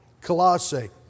Colossae